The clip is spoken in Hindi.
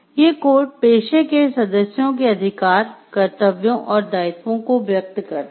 ये कोड पेशे के सदस्यों के अधिकार कर्तव्यों और दायित्वों को व्यक्त करता है